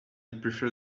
prefer